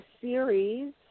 Series